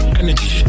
energy